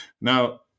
Now